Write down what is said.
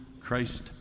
Christ